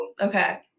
okay